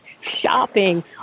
shopping